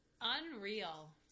Unreal